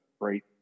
great